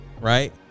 right